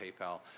PayPal